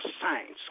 science